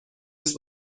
است